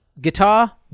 guitar